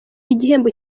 igihembo